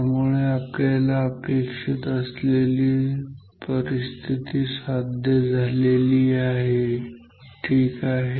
त्यामुळे आपल्याला अपेक्षित असलेली परिस्थिती साध्य झालेली आहे ठीक आहे